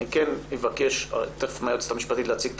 תיכף אבקש מן היועצת המשפטית להציג את